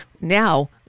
Now